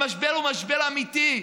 המשבר הוא משבר אמיתי,